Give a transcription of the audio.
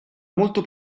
molto